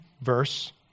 verse